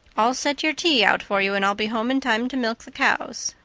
i'll set your tea out for you and i'll be home in time to milk the cows.